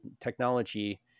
technology